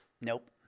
nope